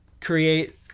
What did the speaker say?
create